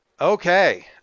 Okay